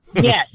Yes